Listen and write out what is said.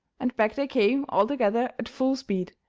and back they came all together at full speed,